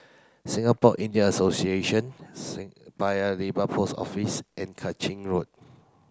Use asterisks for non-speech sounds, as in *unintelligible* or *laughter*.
Singapore India Association *unintelligible* Paya Lebar Post Office and Kang Ching Road